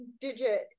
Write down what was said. digit